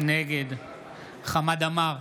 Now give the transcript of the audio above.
נגד חמד עמאר,